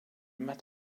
met